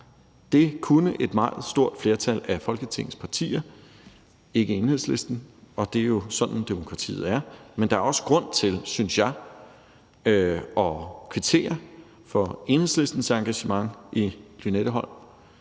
Det kunne et meget stort flertal af Folketingets partier – ikke Enhedslisten – og det er jo sådan, demokratiet er. Men der er også grund til, synes jeg, at kvittere for Enhedslistens engagement i Lynetteholm.